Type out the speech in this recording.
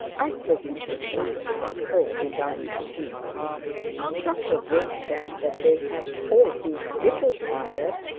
i hope mrs grantly got home without fatigue dr gwynne said that they had all been a little tired,